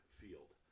field